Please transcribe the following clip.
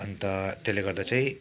अन्त त्यसले गर्दा चाहिँ